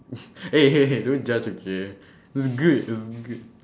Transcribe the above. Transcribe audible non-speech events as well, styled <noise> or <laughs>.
<laughs> hey hey hey don't judge okay <breath> it's good it's good <breath>